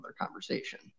conversation